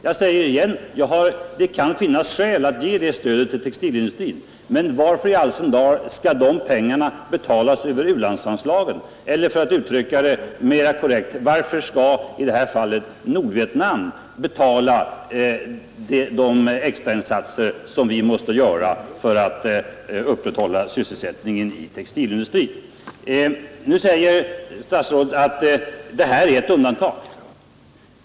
Jag säger igen att det kan finnas skäl att ge det stödet till textilindustrin, men varför i all sin dar skall de pengarna betalas över u-landsanslagen, eller — för att uttrycka det mera korrekt — varför skall i det här fallet det fattiga Nordvietnam betala de extrainsatser som vi måste göra för att upprätthålla sysselsättningen i den svenska textilindustrin? Nu säger statsrådet att det här är ett undantag.